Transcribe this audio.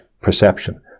perception